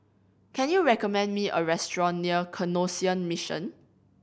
can you recommend me a restaurant near Canossian Mission